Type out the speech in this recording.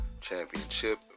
championship